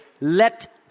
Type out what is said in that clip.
Let